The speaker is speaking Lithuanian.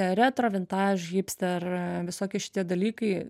retro vintaž hipster visokie šitie dalykai